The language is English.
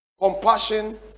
compassion